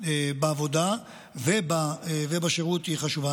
בעבודה ובשירות היא חשובה.